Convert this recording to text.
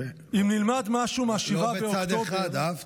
?אם נלמד משהו אחד מ-7 באוקטובר